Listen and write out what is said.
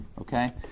okay